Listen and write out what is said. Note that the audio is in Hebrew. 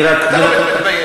אתה לא מתבייש?